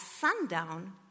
sundown